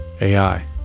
AI